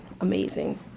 amazing